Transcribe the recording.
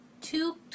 Two